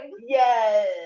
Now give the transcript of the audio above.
yes